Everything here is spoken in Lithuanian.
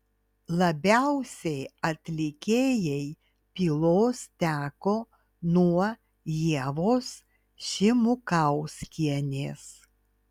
labiausiai atlikėjai pylos teko nuo ievos šimukauskienės